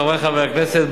חברי חברי הכנסת,